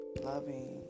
loving